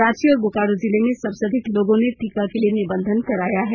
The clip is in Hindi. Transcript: रांची और बोकारो जिले में सबसे अधिक लोगों ने टीका के लिए निबंधन कराया है